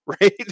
right